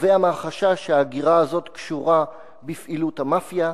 נובע מהחשש שההגירה הזאת קשורה בפעילות המאפיה,